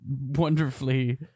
wonderfully